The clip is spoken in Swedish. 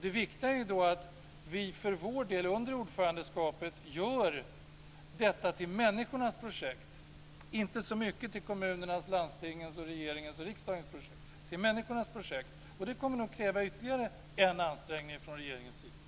Det viktiga är att vi för vår del under ordförandeskapet gör detta till människornas projekt och inte så mycket till kommunernas, landstingens, regeringens och riksdagens projekt. Det ska göras till människornas projekt. Det kommer nog att kräva ytterligare en ansträngning från regeringens sida.